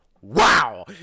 wow